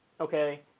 Okay